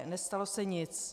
Nestalo se nic.